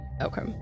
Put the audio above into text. Okay